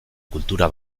kultura